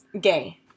gay